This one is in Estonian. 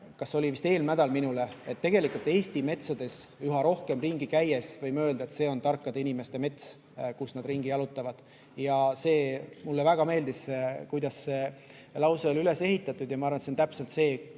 see oli vist eelmisel nädalal –, tegelikult Eesti metsades üha rohkem ringi käies võime öelda, et see on tarkade inimeste mets, kus nad ringi jalutavad. Mulle väga meeldis, kuidas see lause oli üles ehitatud, ja ma arvan, et see on täpselt see,